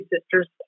sisters